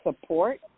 support